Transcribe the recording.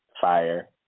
Fire